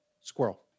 Squirrel